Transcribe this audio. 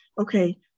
okay